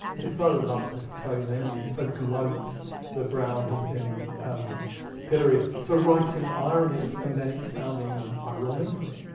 defoe loves this, defoe his enemy, defoe gloats that brown has been um pilloried for writing ironies and then expounding them ironically.